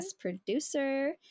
producer